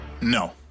No